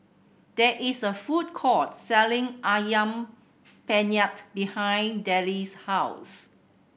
there is a food court selling Ayam Penyet behind Delle's house